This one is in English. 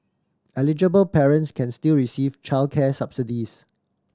eligible parents can still receive childcare subsidies